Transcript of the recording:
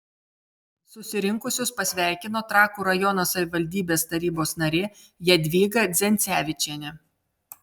susirinkusius pasveikino trakų rajono savivaldybės tarybos narė jadvyga dzencevičienė